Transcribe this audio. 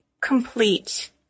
complete